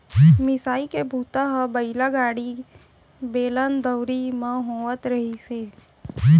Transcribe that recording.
मिसाई के बूता ह बइला गाड़ी, बेलन, दउंरी म होवत रिहिस हे